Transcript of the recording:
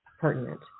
pertinent